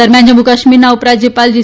દરમિયાન જમ્મુ કાશ્મીરના ઉપરાજયપાલ જી